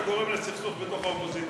אתה גורם לסכסוך בתוך האופוזיציה.